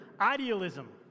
idealism